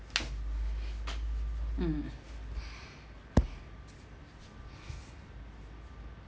mm